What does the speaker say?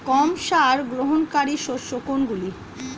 কম সার গ্রহণকারী শস্য কোনগুলি?